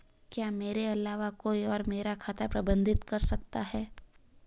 क्या मेरे अलावा कोई और मेरा खाता प्रबंधित कर सकता है?